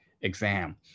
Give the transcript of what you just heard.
exam